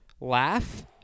Laugh